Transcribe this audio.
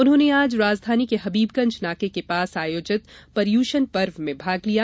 उन्होंने आज राजधानी के हबीबगंज नाके के पास आयोजित पर्यूषण पर्व में भाग लिया